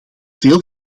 veel